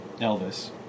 Elvis